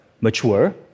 mature